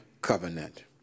covenant